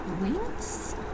Wings